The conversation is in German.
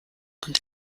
und